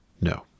No